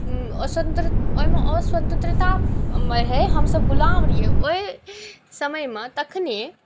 ओहिमे अस्वतन्त्रता रहै हमसभ गुलाम रहियै ओहि समयमे तखने